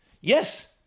Yes